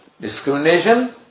discrimination